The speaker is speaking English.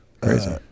Crazy